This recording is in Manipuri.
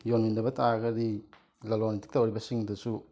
ꯌꯣꯟꯃꯤꯟꯅꯕ ꯇꯥꯔꯒꯗꯤ ꯂꯂꯣꯟ ꯏꯇꯤꯛ ꯇꯧꯔꯤꯕꯁꯤꯡꯗꯁꯨ